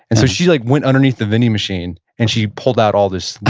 and so she like went underneath the vending machine and she pulled out all this